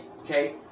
Okay